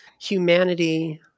humanity